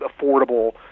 affordable